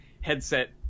headset